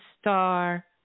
star